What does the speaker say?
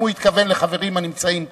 אם הוא התכוון לחברים הנמצאים כאן,